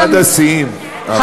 לדעתי, זה אחד השיאים, הרעש הזה.